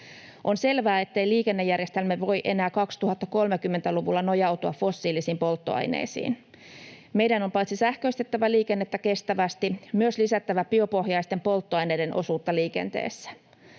On selvää, ettei liikennejärjestelmä voi enää 2030-luvulla nojautua fossiilisiin polttoaineisiin. Meidän on paitsi sähköistettävä liikennettä kestävästi myös lisättävä biopohjaisten polttoaineiden osuutta liikenteessä.